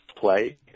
play